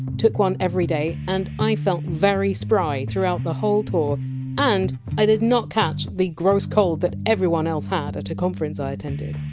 took one every day and i felt very spry throughout the tour and i did not catch the gross cold that everyone else had at a conference i attended.